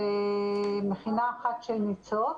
ומכינה אחת של "ניצוץ".